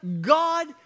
God